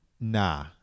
nah